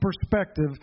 perspective